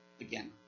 Again